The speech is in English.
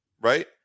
right